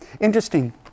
Interesting